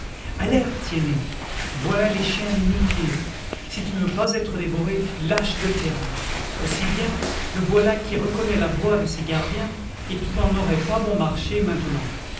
tiennet voilà les chiens du muletier si tu ne veux être dévoré lâche le clairin aussi bien le voilà qui reconnaît la voix de ses gardiens et tu n'en aurais pas bon marché maintenant